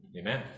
amen